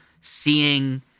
seeing